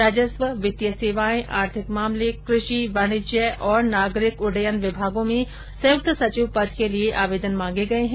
राजस्व वित्तीय सेवाएं आर्थिक मामले कृषि वाणिज्य और नागरिक उड्डयन विभागों में संयुक्त सचिव पद के लिए आवेदन मांगे गए हैं